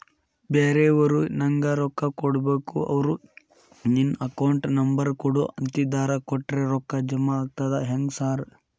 ಬ್ಯಾರೆವರು ನಂಗ್ ರೊಕ್ಕಾ ಕೊಡ್ಬೇಕು ಅವ್ರು ನಿನ್ ಅಕೌಂಟ್ ನಂಬರ್ ಕೊಡು ಅಂತಿದ್ದಾರ ಕೊಟ್ರೆ ರೊಕ್ಕ ಜಮಾ ಆಗ್ತದಾ ಹೆಂಗ್ ಸಾರ್?